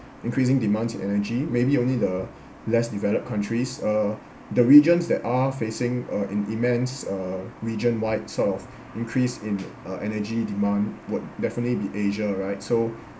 increasing demand energy maybe only the less developed countries uh the regions that are facing uh im~ immense uh region wide sort of increase in uh energy demand would definitely be asia right so